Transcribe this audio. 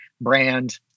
brand